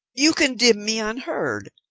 you condemn me unheard.